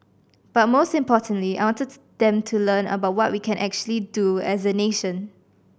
but most importantly I wanted them to learn about what we can actually do as a nation